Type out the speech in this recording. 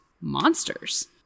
monsters